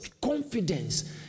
confidence